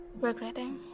Regretting